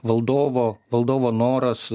valdovo valdovo noras